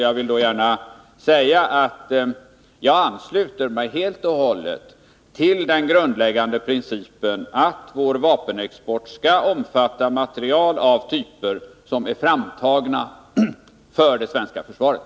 Jag vill gärna säga att jag helt och hållet ansluter mig till den grundläggande principen att vår vapenexport skall omfatta materiel av typer som är framtagna för det svenska försvaret.